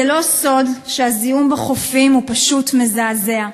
זה לא סוד שהזיהום בחופים הוא פשוט מזעזע,